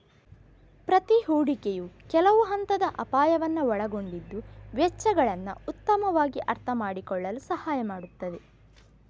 ಪ್ರತಿ ಹೂಡಿಕೆಯು ಕೆಲವು ಹಂತದ ಅಪಾಯವನ್ನ ಒಳಗೊಂಡಿದ್ದು ವೆಚ್ಚಗಳನ್ನ ಉತ್ತಮವಾಗಿ ಅರ್ಥಮಾಡಿಕೊಳ್ಳಲು ಸಹಾಯ ಮಾಡ್ತದೆ